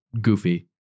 goofy